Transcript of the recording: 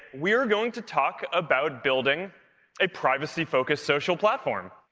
we're going to talk about building a privacy focused social platform.